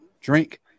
drink